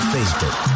Facebook